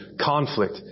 conflict